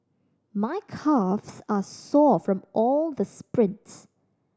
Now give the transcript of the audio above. my calves are sore from all the sprints